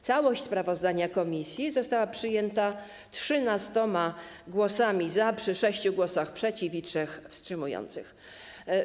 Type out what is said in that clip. Całość sprawozdania komisji została przyjęta 13 głosami za, przy 6 głosach przeciw i 3 wstrzymujących się.